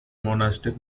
monastic